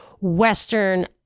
Western